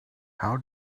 how